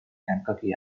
kankakee